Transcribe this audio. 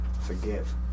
forgive